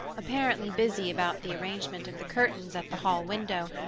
apparently busy about the arrangement of the curtains at the hall window,